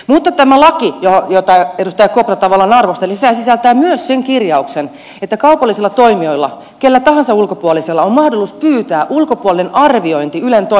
mutta tämä lakihan jota edustaja kopra tavallaan arvosteli sisältää myös sen kirjauksen että kaupallisilla toimijoilla kellä tahansa ulkopuolisella on mahdollisuus pyytää ulkopuolinen arviointi ylen toiminnasta